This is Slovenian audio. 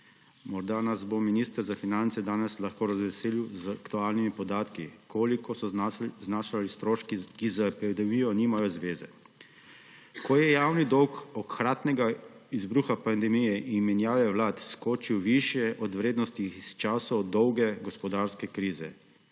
Morda nas bo minister za finance danes lahko razveselil z aktualnimi podatki, koliko so znašali stroški, ki z epidemijo nimajo zveze, ko je javni dolg ob hkratnem izbruhu pandemije in menjavi vlad skočil višje od vrednosti iz časov dolge gospodarske krize,